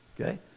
Okay